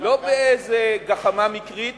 לא באיזו גחמה מקרית